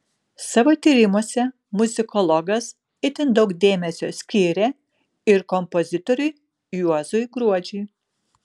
savo tyrimuose muzikologas itin daug dėmesio skyrė ir kompozitoriui juozui gruodžiui